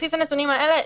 בסיס הנתונים האלה.